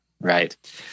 Right